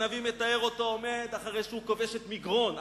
הנביא מתאר אותו עומד אחרי שהוא כובש את מגרון,